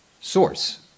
source